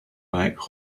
back